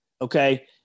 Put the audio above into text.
okay